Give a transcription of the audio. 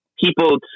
people